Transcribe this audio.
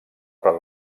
per